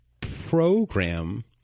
program